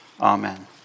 Amen